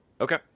okay